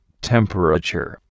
Temperature